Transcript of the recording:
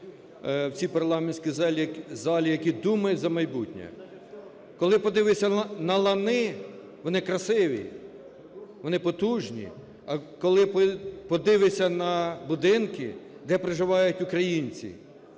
в цій парламентській залі, які думають за майбутнє. Коли подивишся на лани, вони красиві, вони потужні, а коли подивися на будинки, де проживають українці,